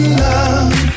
love